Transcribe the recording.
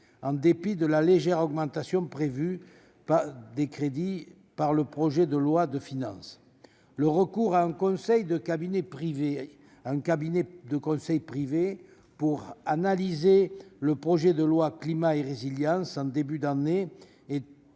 en dépit de la légère augmentation de crédits prévue par le projet de loi de finances pour 2022. Le recours à un cabinet de conseil privé pour analyser le projet de loi Climat et résilience, en début d'année, est